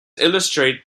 illustrate